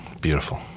Beautiful